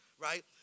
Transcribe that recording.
right